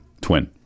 Twin